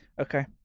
okay